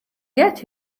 get